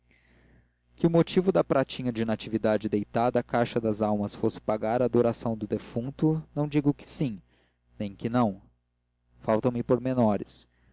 que o motivo da pratinha de natividade deitada à caixa das almas fosse pagar a adoração do defunto não digo que sim nem que não faltam me pormenores